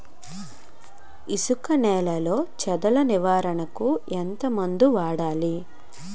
ఇసుక నేలలో చదల నివారణకు ఏ మందు వాడాలి?